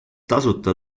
tasuta